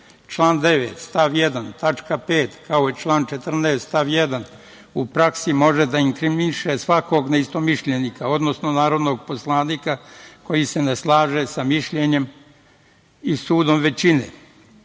9. stav 1. tačka 5), kao i član 14. stav 1. u praksi može da inkriminiše svakog neistomišljenika, odnosno narodnog poslanika koji se ne slaže sa mišljenjem i sudom većine. Ono